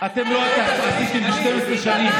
אתם לא עשיתם ב-12 שנים.